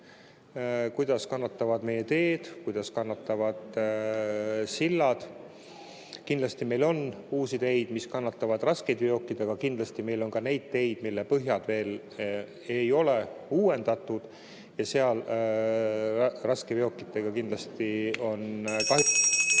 Kuidas kannatavad meie teed, kuidas kannatavad sillad? Meil on uusi teid, mis kannatavad raskeid veokeid, aga kindlasti on ka neid teid, mille põhjad veel ei ole uuendatud, ja seal raskeveokite tõttu kindlasti on kahjustused